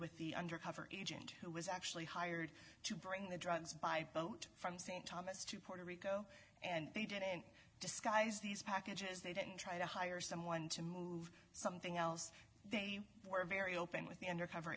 with the undercover agent who was actually hired to bring the drugs by boat from st thomas to puerto rico and they did in disguise these packages they didn't try to hire someone to move something else they were very open with the undercover